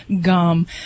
gum